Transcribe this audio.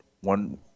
one